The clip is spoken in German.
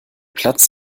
platz